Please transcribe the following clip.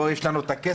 פה יש את הכסף